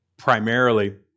Primarily